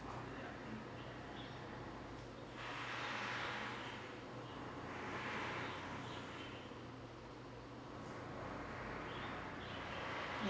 y~